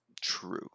True